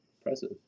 Impressive